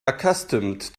accustomed